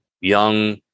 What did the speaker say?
young